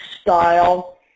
style